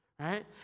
right